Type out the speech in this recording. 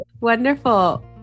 Wonderful